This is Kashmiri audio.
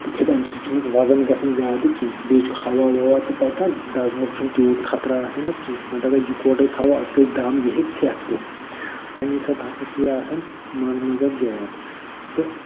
تِکیٛازِ اَمہِ سۭتۍ چھُنہٕ اتھ وَزن گَژھان زیادٕ کیٚنٛہہ بیٚیہِ چھُ ہوا ووا تہِ پَکان دزنُک چھُنہٕ تیوٗت خطرٕ آسان اتھ کیٚنٛہہ نَتہٕ اگر یِکوٹے تھاوو اتھ گَژھِ دم یہِ ہیٚکہِ ژھٮ۪تھ تہِ تَمہِ حِساب ہَسا چھُ یہِ آسان منٛز منٛز اتھ گیپ تہٕ